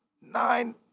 nine